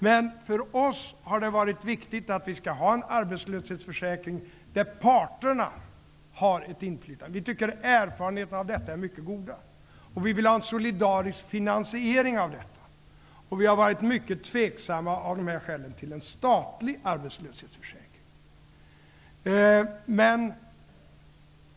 Men för oss har det varit viktigt att vi skall ha en arbetslöshetsförsäkring där parterna har ett inflytande. Vi tycker att erfarenheterna av detta är mycket goda. Vi vill ha en solidarisk finansiering av detta. Vi har av de här skälen varit mycket tveksamma till en statlig arbetslöshetsförsäkring.